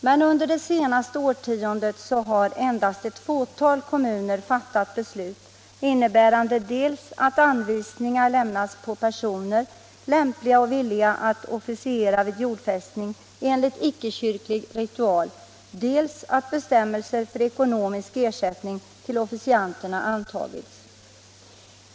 Men under det senaste årtiondet har endast ett fåtal kommuner fattat beslut innebärande dels att anvisningar lämnas på personer, lämpliga och villiga att officiera vid jordfästning enligt icke-kyrklig ritual, dels att bestämmelser för ekonomisk ersättning till officianterna antagits.